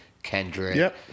Kendrick